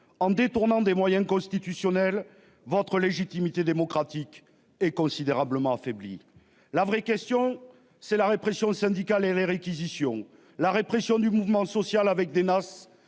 en détournant des moyens constitutionnels ventre légitimité démocratique est considérablement affaibli. La vraie question c'est la répression syndicale et les réquisitions. La répression du mouvement social avec des NAS